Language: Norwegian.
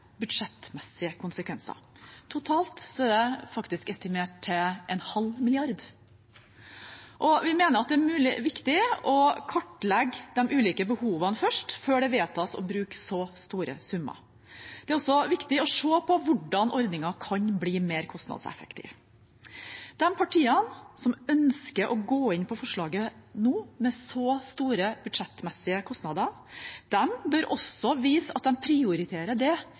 budsjettmessige konsekvenser. Totalt er det estimert til 0,5 mrd. kr. Vi mener at det er viktig å kartlegge de ulike behovene først, før det vedtas å bruke så store summer. Det er også viktig å se på hvordan ordningen kan bli mer kostnadseffektiv. De partiene som ønsker å gå inn på forslaget nå, med så store budsjettmessige kostnader, bør også vise at de prioriterer det